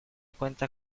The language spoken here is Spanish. cuenta